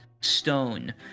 stone